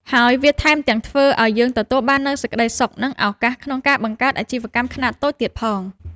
ហើយវាថែមទាំងធ្វើឲ្យយើងទទួលបាននូវសេចក្ដីសុខ និងឱកាសក្នុងការបង្កើតអាជីវកម្មខ្នាតតូចទៀតផង។